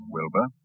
Wilbur